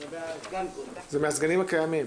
זה מהסגנים הקיימים.